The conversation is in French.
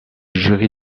jury